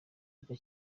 rya